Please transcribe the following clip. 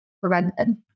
prevented